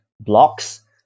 blocks